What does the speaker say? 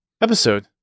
episode